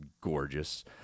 gorgeous